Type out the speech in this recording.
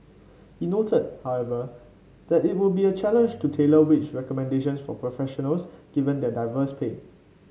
he noted however that it would be a challenge to tailor wage recommendations for professionals given their diverse pay